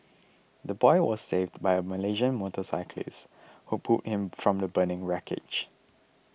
the boy was saved by a Malaysian motorcyclist who pulled him from the burning wreckage